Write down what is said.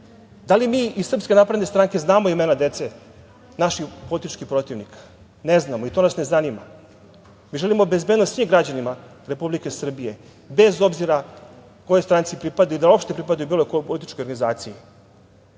Da li mi iz SNS znamo imena dece naših političkih protivnika? Ne znamo i to nas ne zanima. Mi želimo bezbednost svim građanima Republike Srbije, bez obzira kojoj stranci pripadaju i da uopšte pripadaju bilo kojoj političkoj organizaciji. Na